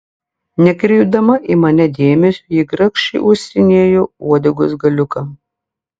nekreipdama į mane dėmesio ji grakščiai uostinėjo uodegos galiuką